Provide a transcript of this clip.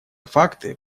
факты